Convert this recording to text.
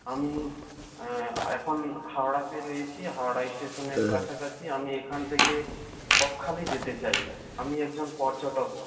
আমি এখন হাওড়াতে রয়েছি হাওড়া স্টেশনের কাছাকাছি আমি এখান থেকে বকখালি যেতে চাই আমি একজন পর্যটক